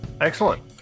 Excellent